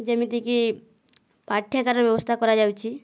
ଯେମିତିକି ପାଠ୍ୟାଗାର ବ୍ୟବସ୍ଥା କରାଯାଉଛି